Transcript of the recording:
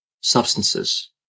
substances